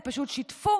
הם פשוט שיתפו